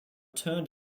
turned